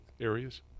areas